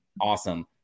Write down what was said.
awesome